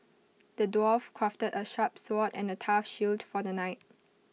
the dwarf crafted A sharp sword and A tough shield for the knight